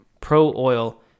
pro-oil